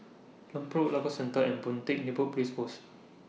Lompang Road Lagos Circle and Boon Teck Neighbour Police Post